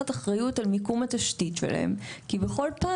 אחריות על קווי התשתית שלהן ועדיין הן יכולות בכל פעם